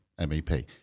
MEP